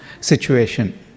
situation